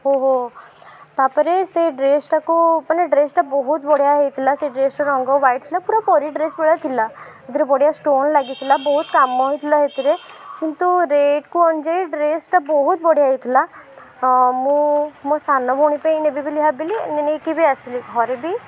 ଓହୋ ତା'ପରେ ସେ ଡ୍ରେସ୍ଟାକୁ ମାନେ ଡ୍ରେସ୍ଟା ବହୁତ ବଢ଼ିଆ ହେଇଥିଲା ସେ ଡ୍ରେସ୍ର ରଙ୍ଗ ହ୍ୱାଇଟ୍ ଥିଲା ପୁରା ପରୀ ଡ୍ରେସ୍ ଭଳିଆ ଥିଲା ସେଥିରେ ବଢ଼ିଆ ଷ୍ଟୋନ୍ ଲାଗିଥିଲା ବହୁତ କାମ ହେଇଥିଲା ସେଥିରେ କିନ୍ତୁ ରେଟ୍କୁ ଅନୁଯାୟୀ ଡ୍ରେସ୍ଟା ବହୁତ ବଢ଼ିଆ ହେଇଥିଲା ମୁଁ ମୋ ସାନ ଭଉଣୀ ପାଇଁ ନେବି ବୋଲି ଭାବିଲି ନେଇକି ବି ଆସିଲି ଘରେ ବି